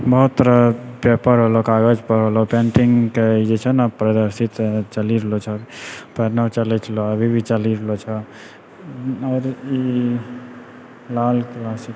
बहूत तरहके पेपर होलो कागज होलो पेन्टिंगके जे छै ने प्रदर्शित चलि रहलो छो पहिने भी चलै छो अभी भी चलि रहलो छो आओर